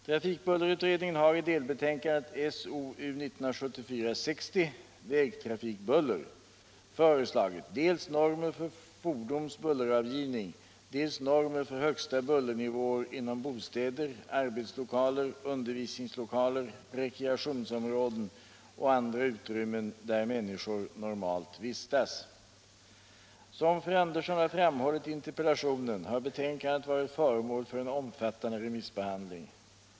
Som fru Andersson har framhållit i interpellationen har betänkandet varit föremål för en omfattande remissbehandling.